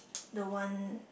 the one